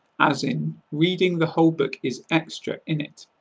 as in reading the whole book is extra, innit.